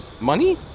money